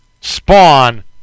Spawn